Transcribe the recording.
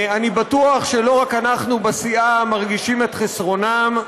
אני בטוח שלא רק אנחנו בסיעה מרגישים את חסרונם.